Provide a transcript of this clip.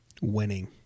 Winning